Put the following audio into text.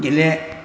गेले